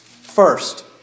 First